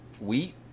Wheat